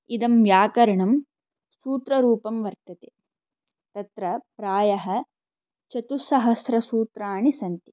इदं व्याकरणं सूत्ररूपं वर्तते तत्र प्रायः चतुस्सहस्रसूत्राणि सन्ति